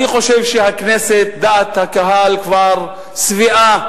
אני חושב שהכנסת ודעת הקהל כבר שבעו